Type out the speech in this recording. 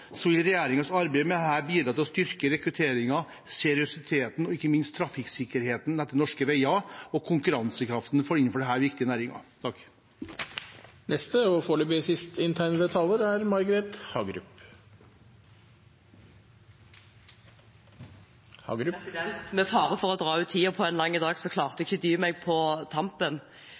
vil regjeringens arbeid med dette bidra til å styrke rekrutteringen, seriøsiteten og ikke minst trafikksikkerheten på norske veier, og konkurransekraften innenfor denne viktige næringen. Med fare for å dra ut tiden på en lang dag klarte jeg ikke dy meg på tampen.